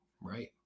Right